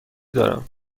دارم